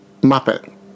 Muppet